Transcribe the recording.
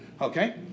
Okay